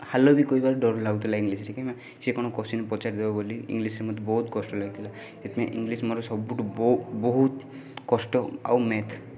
hello ବି କହିବାକୁ ଡର ଲାଗୁଥିଲା ଇଂଲିଶ୍ରେ କି ମା ସିଏ କ'ଣ କୋସ୍ଚିନ୍ ପଚାରି ଦେବ ବୋଲି ଇଂଲିଶ୍ରେ ମୋତେ ବହୁତ କଷ୍ଟ ଲାଗିଥିଲା ସେଥିପାଇଁ ଇଂଲିଶ୍ ମୋର ସବୁଠୁ ବହୁତ ବହୁତ କଷ୍ଟ ଆଉ ମ୍ୟାଥ୍